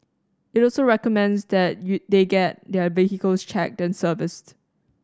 it also recommends that you they get their vehicles checked and serviced